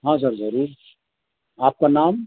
ہاں سر ضرور آپ کا نام